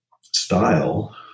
style